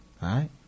right